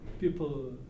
people